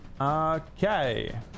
okay